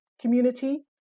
community